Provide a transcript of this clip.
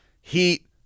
Heat